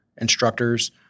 instructors